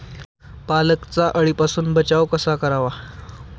पालकचा अळीपासून बचाव कसा करावा?